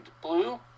blue